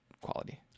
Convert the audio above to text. quality